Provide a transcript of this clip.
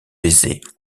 aisé